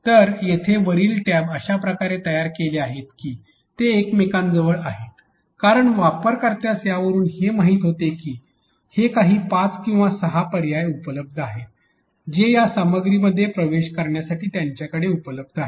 तर येथे वरील टॅब अशा प्रकारे तयार केले आहेत की ते एकमेकांजवळ आहेत कारण वापरकर्त्यास यावरून हे माहिती होते की हे काही पाच किंवा सहा पर्याय उपलब्ध आहे जे या सामग्रीमध्ये प्रवेश करण्यासाठी त्यांच्याकडे उपलब्ध आहेत